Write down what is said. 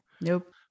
Nope